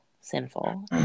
sinful